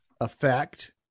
affect